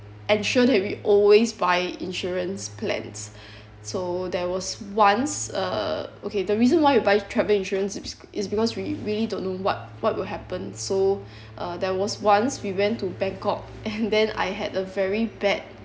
ensure that we always buy insurance plans so there was once uh okay the reason why you buy travel insurance is because we really don't know what what will happen so uh there was once we went to bangkok and then I had a very bad